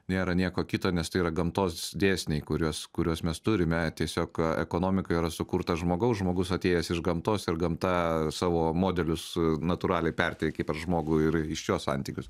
nėra nieko kito nes tai yra gamtos dėsniai kuriuos kuriuos mes turime tiesiog ekonomika yra sukurta žmogaus žmogus atėjęs iš gamtos ir gamta savo modelius natūraliai perteikė per žmogų ir iš jo santykius